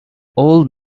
old